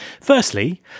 Firstly